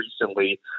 recently